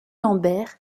lambert